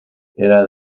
era